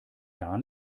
gar